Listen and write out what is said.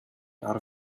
out